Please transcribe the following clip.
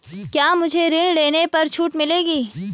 क्या मुझे ऋण लेने पर छूट मिलेगी?